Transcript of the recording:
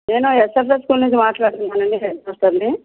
నేను యశోదా స్కూల్ నుంచి మాట్లాడుతున్నానండి హెడ్ మాస్టర్ని